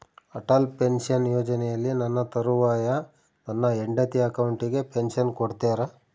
Atal pension ಯೋಜನೆಯಲ್ಲಿ ನನ್ನ ತರುವಾಯ ನನ್ನ ಹೆಂಡತಿ ಅಕೌಂಟಿಗೆ ಪೆನ್ಶನ್ ಕೊಡ್ತೇರಾ?